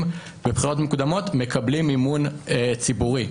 בבחירות מקדימות מקבלים מימון ציבורי,